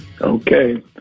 Okay